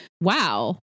Wow